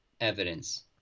evidence